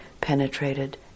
penetrated